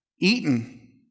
eaten